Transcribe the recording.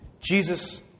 Jesus